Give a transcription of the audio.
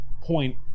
point